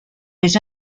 des